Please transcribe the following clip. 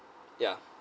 ya